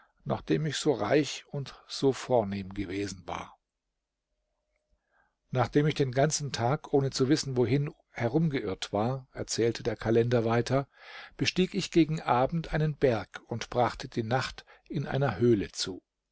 nachdem ich so reich und so vornehm gewesen war nachdem ich den ganzen tag ohne zu wissen wohin herumgeirrt war erzählte der kalender weiter bestieg ich gegen abend einen berg und brachte die nacht in einer höhle zu